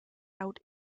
out